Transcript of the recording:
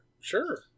sure